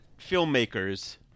filmmakers